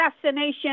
assassination